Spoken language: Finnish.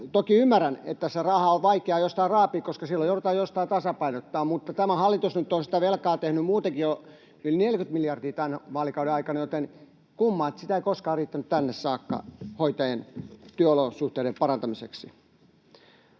Toki ymmärrän, että se raha on vaikeaa jostain raapia, koska silloin joudutaan jostain tasapainottamaan, mutta tämä hallitus nyt on sitä velkaa tehnyt muutenkin jo yli 40 miljardia tämän vaalikauden aikana, joten kumma, että sitä ei koskaan riittänyt tänne saakka, hoitajien työolosuhteiden parantamiseksi.